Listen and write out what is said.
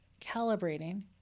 calibrating